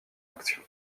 action